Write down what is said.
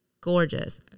Gorgeous